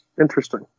Interesting